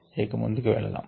ఇక ముందుకు వెళదాం